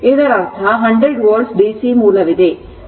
ಇದರರ್ಥ ಈ 100 volt DC ಮೂಲವಿದೆ